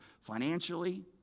financially